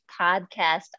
Podcast